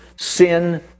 sin